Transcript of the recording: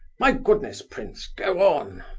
my goodness, prince go on!